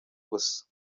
gusa